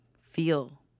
feel